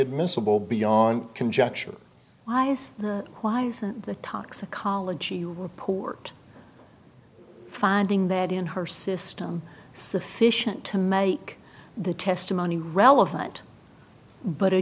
admissible beyond conjecture why is why isn't the toxicology report finding that in her system sufficient to make the testimony relevant but a